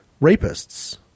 Rapists